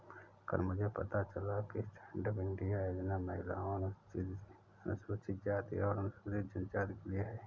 कल मुझे पता चला कि स्टैंडअप इंडिया योजना महिलाओं, अनुसूचित जाति और अनुसूचित जनजाति के लिए है